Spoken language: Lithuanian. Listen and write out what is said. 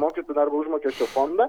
mokytojų darbo užmokesčio fondą